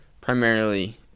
primarily